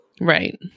right